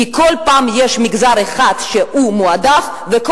כי כל פעם יש מגזר אחד שהוא מועדף וכל